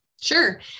Sure